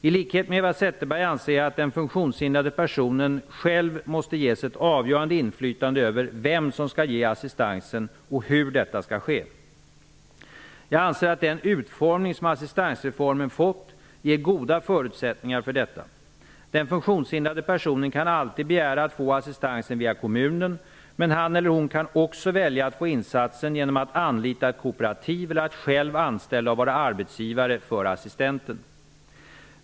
I likhet med Eva Zetterberg anser jag att den funktionshindrade personen själv måste ges ett avgörande inflytande över vem som skall ge assistansen och hur detta skall ske. Jag anser att den utformning som assistansreformen har fått ger goda förutsättningar för detta. Den funktionshindrade personen kan alltid begära att få assistansen via kommunen, men han eller hon kan också välja att få insatsen genom att anlita ett kooperativ eller genom att själv anställa och vara arbetsgivare för assistenten.